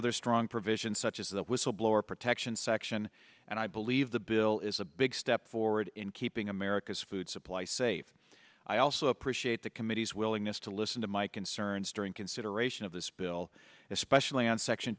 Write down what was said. other strong provisions such as the whistleblower protection section and i believe the bill is as a big step forward in keeping america's food supply safe i also appreciate the committee's willingness to listen to my concerns during consideration of this bill especially on section